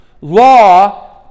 Law